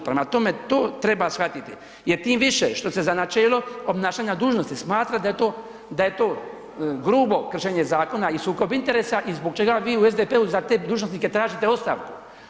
Prema tome, to treba shvatiti, jer tim više što se za načelo obnašanja dužnosti smatra da je to grubo kršenje zakona i sukob interesa i zbog čega vi u SDP-u za te dužnosnike tražite ostavku.